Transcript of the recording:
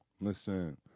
Listen